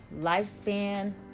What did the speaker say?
lifespan